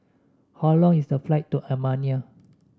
how long is the flight to Armenia